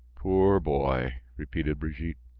poor boy! repeated brigitte.